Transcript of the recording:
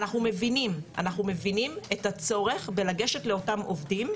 אנחנו מבינים את הצורך בלגשת לאותם עובדים,